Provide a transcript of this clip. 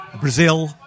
Brazil